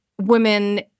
women